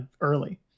early